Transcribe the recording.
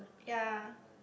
ya